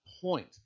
point